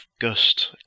Gust